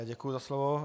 Děkuji za slovo.